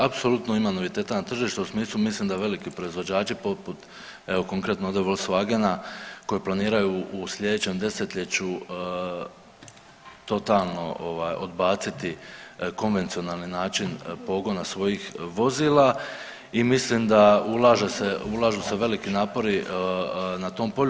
Apsolutno ima noviteta na tržištu u smislu, mislim da veliki proizvođači poput evo, konkretno od Volkswagena koji planiraju u sljedećem desetljeću totalno ovaj odbaciti konvencionalni način pogona svojih vozila i mislim da ulaže se, ulažu se veliki napori na tom polju.